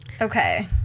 Okay